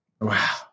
Wow